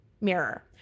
mirror